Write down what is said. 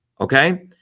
Okay